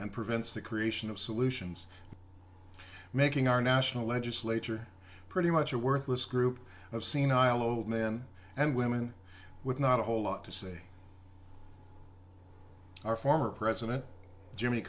and prevents the creation of solutions making our national legislature pretty much a worthless group of senile old men and women with not a whole lot to say our former president jimmy